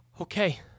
Okay